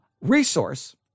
resource